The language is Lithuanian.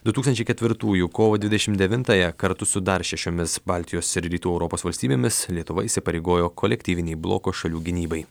du tūkstančiai ketvirtųjų kovo dvidešim devintąją kartu su dar šešiomis baltijos ir rytų europos valstybėmis lietuva įsipareigojo kolektyvinei bloko šalių gynybai